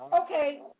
okay